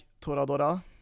Toradora